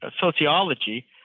sociology